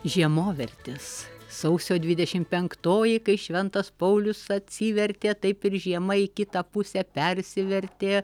žiemovertis sausio dvidešim penktoji kai šventas paulius atsivertė taip ir žiema į kitą pusę persivertė